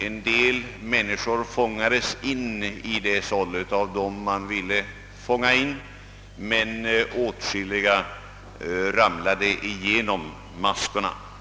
En del människor fångades in i sållet men åtskilliga ramlade igenom maskorna.